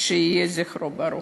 יהי זכרו ברוך.